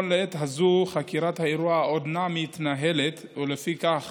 לעת הזאת חקירת האירוע עודנה מתנהלת, ולפיכך